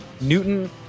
newton